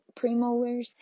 premolars